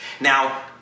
Now